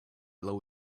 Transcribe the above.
low